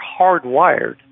hardwired